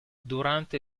durante